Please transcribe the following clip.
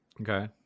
Okay